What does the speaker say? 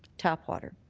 tap water.